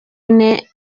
ine